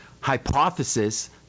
hypothesis